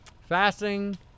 fasting